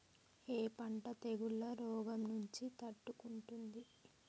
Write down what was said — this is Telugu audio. ఏ పంట తెగుళ్ల రోగం నుంచి తట్టుకుంటుంది?